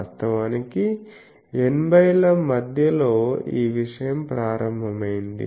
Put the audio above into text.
వాస్తవానికి 80 ల మధ్యలో ఈ విషయం ప్రారంభమైంది